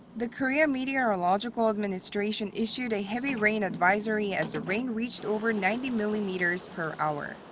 the korea meteorological administration issued a heavy rain advisory as the rain reached over ninety millimeters per hour.